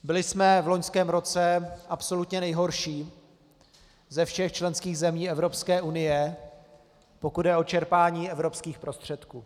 Byli jsme v loňském roce absolutně nejhorší ze všech členských zemí Evropské unie, pokud jde o čerpání evropských prostředků.